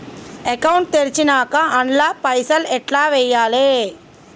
Account తెరిచినాక అండ్ల పైసల్ ఎట్ల వేయాలే?